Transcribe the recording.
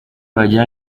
wagira